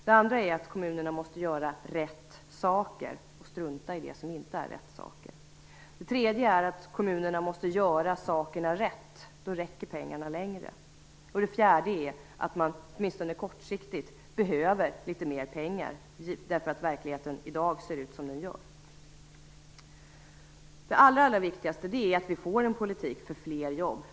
Det andra är att kommunerna måste göra rätt saker och strunta i det som inte är rätt saker. Det tredje är att kommunerna måste göra sakerna rätt, då räcker pengarna längre. Det fjärde är att man, åtminstone kortsiktigt, behöver litet mer pengar, därför att verkligheten i dag ser ut som den gör. Det allra viktigaste är att vi får en politik för fler jobb.